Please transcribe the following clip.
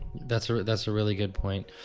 that's ah that's a really good point,